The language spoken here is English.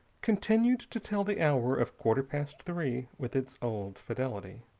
continued to tell the hour of quarter past three with its old fidelity.